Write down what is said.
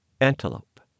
antelope